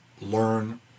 learn